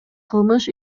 кылмыш